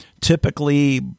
typically